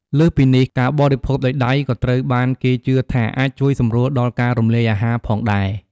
លើសពីនេះ ការបរិភោគដោយដៃក៏ត្រូវបានគេជឿថាអាចជួយសម្រួលដល់ការរំលាយអាហារផងដែរ។